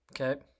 Okay